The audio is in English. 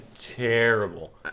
terrible